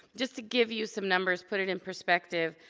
just to give you some numbers, put it in perspective.